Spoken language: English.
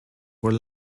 were